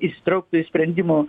įsitrauktų į sprendimų